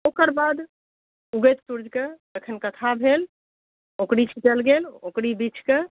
ओकर बाद उगैत सूर्यके जखन कथा भेल अँकुरी छिटल गेल अँकुरी बिछकऽ